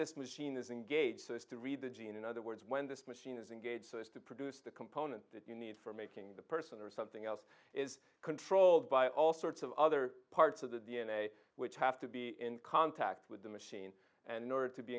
this machine is engaged has to read the gene in other words when this machine is engaged so as to produce the components that you need for making the person or something else is controlled by all sorts of other parts of the d n a which have to be in contact with the machine and nurtured to be